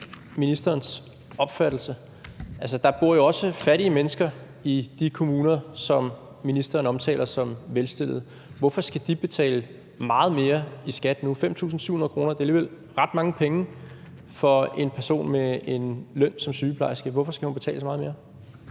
ministerens opfattelse? Altså, der bor jo også fattige mennesker i de kommuner, som ministeren omtaler som velstillede. Hvorfor skal de betale meget mere i skat nu? 5.700 kr. er alligevel ret mange penge for en person med en løn som en sygeplejerskes. Hvorfor skal hun betale så meget mere?